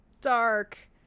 dark